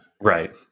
Right